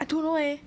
I don't know eh